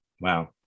Wow